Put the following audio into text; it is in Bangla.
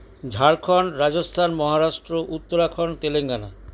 ঝাড়খন্ড রাজস্থান মহারাষ্ট্র উত্তরাখন্ড তেলেঙ্গানা